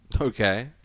Okay